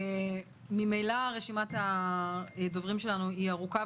ממילא רשימת הדוברים שלנו היא ארוכה,